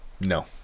no